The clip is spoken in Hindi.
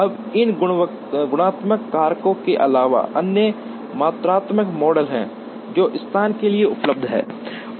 अब इन गुणात्मक कारकों के अलावा अन्य मात्रात्मक मॉडल हैं जो स्थान के लिए उपलब्ध हैं